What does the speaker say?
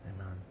Amen